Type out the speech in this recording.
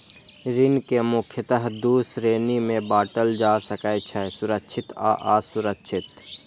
ऋण कें मुख्यतः दू श्रेणी मे बांटल जा सकै छै, सुरक्षित आ असुरक्षित